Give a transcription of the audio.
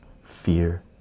fear